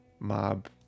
Mob